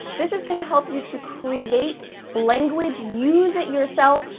this is gonna help you to create language, use it yourself,